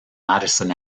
madison